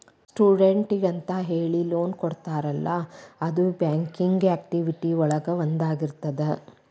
ಸ್ಟೂಡೆಂಟ್ಸಿಗೆಂತ ಹೇಳಿ ಲೋನ್ ಕೊಡ್ತಾರಲ್ಲ ಅದು ಬ್ಯಾಂಕಿಂಗ್ ಆಕ್ಟಿವಿಟಿ ಒಳಗ ಒಂದಾಗಿರ್ತದ